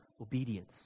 obedience